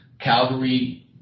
Calvary